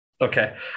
Okay